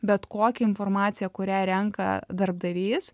bet kokią informaciją kurią renka darbdavys